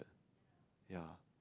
ya